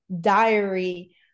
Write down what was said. diary